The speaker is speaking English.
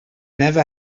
never